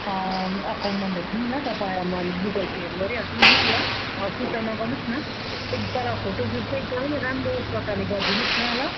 account number दिनु न तपाईँलाई मैले गुगल पेहरू गरिहाल्छु नि ल सुर्ता नगर्नुहोस् न एक तर फोटोसुट चाहिँ एकदमै राम्रो प्रकारले गरिदिनु होस् न ल